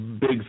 big